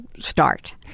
start